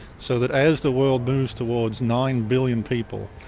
so that as the world moves towards nine billion people,